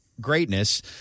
greatness